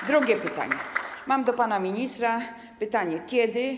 Po drugie, mam do pana ministra pytanie: Kiedy